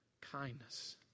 kindness